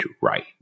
right